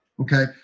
Okay